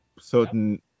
certain